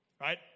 right